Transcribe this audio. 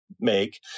make